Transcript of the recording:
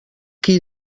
qui